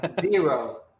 Zero